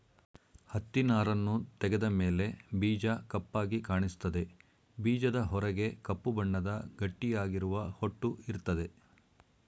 ಹತ್ತಿನಾರನ್ನು ತೆಗೆದ ಮೇಲೆ ಬೀಜ ಕಪ್ಪಾಗಿ ಕಾಣಿಸ್ತದೆ ಬೀಜದ ಹೊರಗೆ ಕಪ್ಪು ಬಣ್ಣದ ಗಟ್ಟಿಯಾಗಿರುವ ಹೊಟ್ಟು ಇರ್ತದೆ